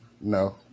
No